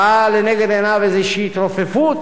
ראה לנגד עיניו איזושהי התרופפות